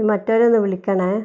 മറ്റവരെ ഒന്ന് വിളിക്കണേ